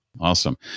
Awesome